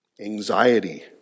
Anxiety